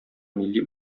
милли